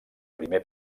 primer